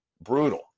brutal